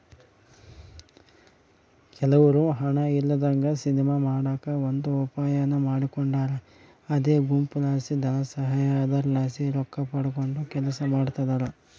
ಕೆಲವ್ರು ಹಣ ಇಲ್ಲದಂಗ ಸಿನಿಮಾ ಮಾಡಕ ಒಂದು ಉಪಾಯಾನ ಮಾಡಿಕೊಂಡಾರ ಅದೇ ಗುಂಪುಲಾಸಿ ಧನಸಹಾಯ, ಅದರಲಾಸಿ ರೊಕ್ಕಪಡಕಂಡು ಕೆಲಸ ಮಾಡ್ತದರ